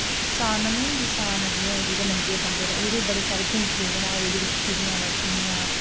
सान नेईं होंदी सान जियां जेह्दे मंजे बनदे न ओह्दे बड़े शैल घोसले बनाए ओह्दे बिच्च चिड़ियां बैठी दियां